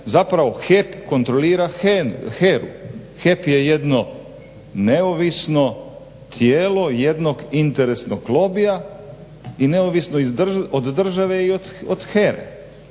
Zapravo HEP kontrolira HERA-u. HEP je jedno neovisno tijelo jednog interesnog lobija i neovisno od države i od HERA-e.